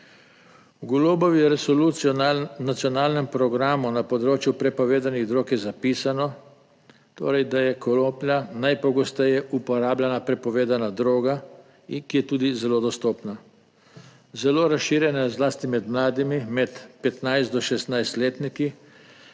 V Golobovi / nerazumljivo/ programu na področju prepovedanih drog je zapisano torej, da je konoplja najpogosteje uporabljena prepovedana droga in ki je tudi zelo dostopna. Zelo razširjena je zlasti med mladimi med 15 do 16 letniki,